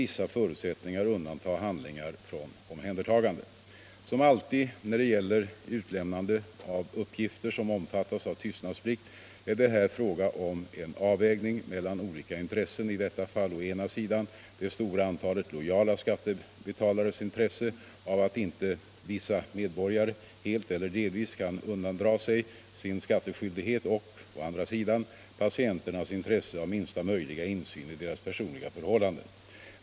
Som alltid när det gäller utlämnande av uppgifter som omfattas av tystnadsplikt är det här fråga om en avvägning mellan olika intressen, i detta fall å ena sidan det stora antalet lojala skattebetalares intresse av att inte vissa medborgare helt eller delvis kan undandra sig sin skattskyldighet och, å andra sidan, patienternas intresse av minsta möjliga insyn i deras personliga förhållanden.